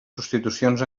substitucions